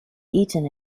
eaten